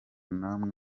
n’amwe